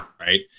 right